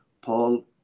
Paul